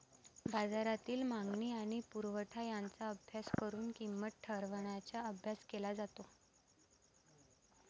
बाजारातील मागणी आणि पुरवठा यांचा अभ्यास करून किंमत ठरवण्याचा अभ्यास केला जातो